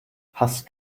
hast